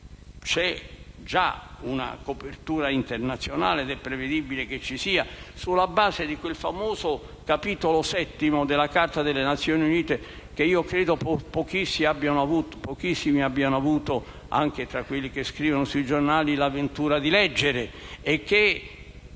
c'è già una copertura internazionale (ed è prevedibile che ci sia ulteriormente) sulla base di quel famoso Capitolo VII della Carta delle Nazioni Unite (che credo pochissimi abbiano avuto, anche tra quelli che scrivono sui giornali, l'avventura di leggere).